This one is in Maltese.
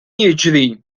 jiġri